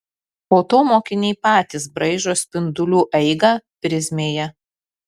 po to mokiniai patys braižo spindulių eigą prizmėje